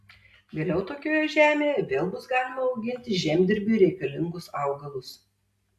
vėliau tokioje žemėje vėl bus galima auginti žemdirbiui reikalingus augalus